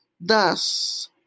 Thus